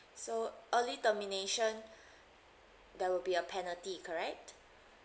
so early termination there will be a penalty correct